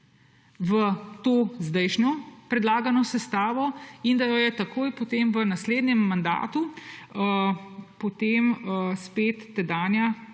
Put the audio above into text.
v to zdajšnjo predlagano sestavo in da jo je takoj potem v naslednjem mandatu spet tedanja